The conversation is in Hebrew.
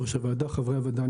לאכוף הוראה,